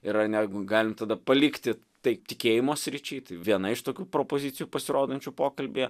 ir ne galim tada palikti tai tikėjimo sričiai tai viena iš tokių propozicijų pasirodančių pokalbyje